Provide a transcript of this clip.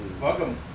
Welcome